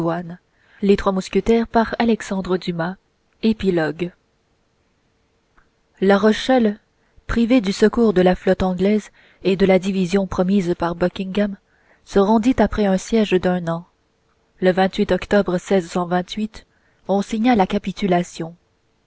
souvenirs épilogue la rochelle privée du secours de la flotte anglaise et de la division promise par buckingham se rendit après un siège d'un an le octobre on signa la capitulation